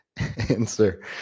answer